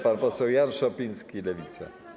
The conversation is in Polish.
Pan poseł Jan Szopiński, Lewica.